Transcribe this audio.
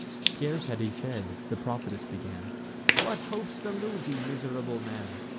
scarce had he said, the prophetess began what hopes delude thee, miserable man?